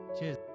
Cheers